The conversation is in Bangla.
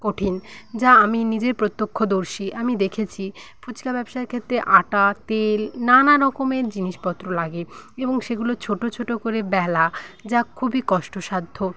কঠিন যা আমি নিজের প্রত্যক্ষদর্শী আমি দেখেছি ফুচকা ব্যবসার ক্ষেত্রে আটা তেল নানারকমের জিনিসপত্র লাগে এবং সেগুলো ছোটো ছোটো করে বেলা যা খুবই কষ্টসাধ্য